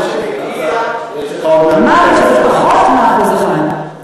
אמרתי שזה פחות מ-1%.